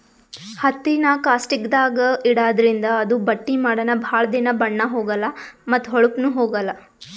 ಹತ್ತಿನಾ ಕಾಸ್ಟಿಕ್ದಾಗ್ ಇಡಾದ್ರಿಂದ ಅದು ಬಟ್ಟಿ ಮಾಡನ ಭಾಳ್ ದಿನಾ ಬಣ್ಣಾ ಹೋಗಲಾ ಮತ್ತ್ ಹೋಳಪ್ನು ಹೋಗಲ್